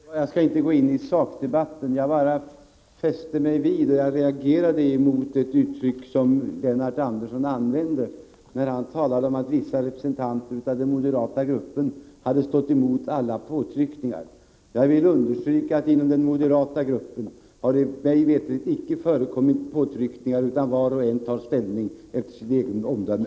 Herr talman! Jag skall inte gå in i sakdebatten. Jag reagerade mot ett uttryck som Lennart Andersson använde, nämligen att vissa representanter av den moderata gruppen hade ”stått emot alla påtryckningar”. Jag vill understryka att det mig veterligt inte har förekommit några påtryckningar inom den moderata gruppen. Var och en tar ställning efter sitt eget omdöme.